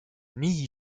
nii